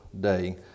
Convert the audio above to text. day